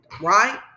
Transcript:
right